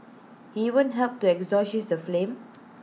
he even helped to extinguish the flames